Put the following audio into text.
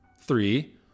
three